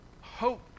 hope